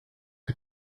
que